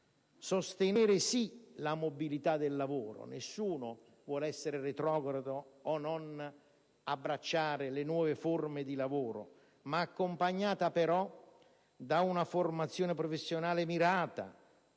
sostenere, sì, la mobilità del lavoro - nessuno vuole essere retrogrado o non abbracciare le nuove forme di lavoro - ma accompagnata da una formazione professionale mirata: